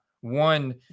one